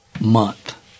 month